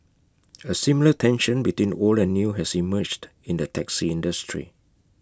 A similar tension between old and new has emerged in the taxi industry